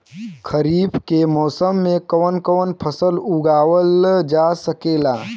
खरीफ के मौसम मे कवन कवन फसल उगावल जा सकेला?